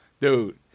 dude